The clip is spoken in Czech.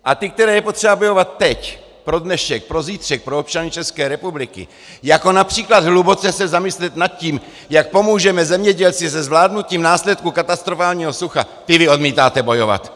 A ty, které je potřeba bojovat teď pro dnešek, pro zítřek, pro občany České republiky, jako například hluboce se zamyslet nad tím, jak pomůžeme zemědělcům se zvládnutím následků katastrofálního sucha, ty vy odmítáte bojovat.